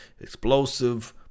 explosive